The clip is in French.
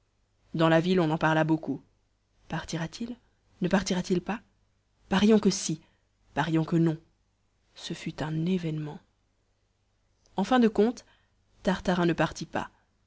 dans la ville on en parla beaucoup partira t il ne partira t il pas parions que si parions que non ce fut un événement en fin de compte tartarin ne partit pas